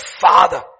father